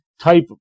type